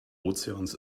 ozeans